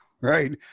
right